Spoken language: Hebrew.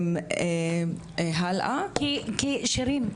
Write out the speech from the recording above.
כי שירין,